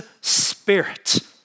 spirit